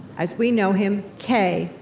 as we know him, k.